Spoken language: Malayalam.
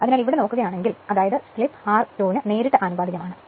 അതിനാൽ ഇവിടെ നോക്കുകയാണെങ്കിൽ അതായത് സ്ലിപ്പ് r2 ന് നേരിട്ട് ആനുപാതികമാണ്